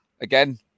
again